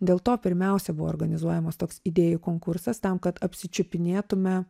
dėl to pirmiausia buvo organizuojamas toks idėjų konkursas tam kad apsičiupinėtume